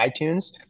iTunes